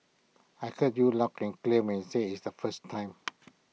I heard you loud and clear when you said IT the first time